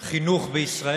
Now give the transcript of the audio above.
ישיב סגן השר הרב מאיר פרוש.